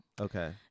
Okay